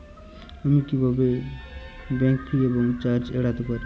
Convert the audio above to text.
আমি কিভাবে bank fee এবং চার্জ এড়াতে পারি?